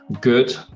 good